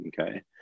Okay